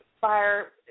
fire